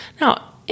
Now